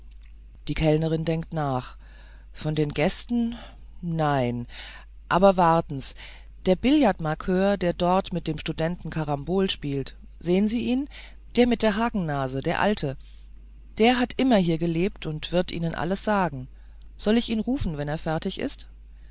die kellnerin denkt nach von den gästen nein aber warten s der billardmarqueur der dort mit einem studenten carambol spielt sehen sie ihn der mit der hakennase der alte der hat immer hier gelebt und wird ihnen alles sagen soll ich ihn rufen wenn er fertig ist